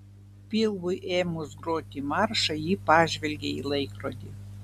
pilvui ėmus groti maršą ji pažvelgė į laikrodį